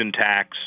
tax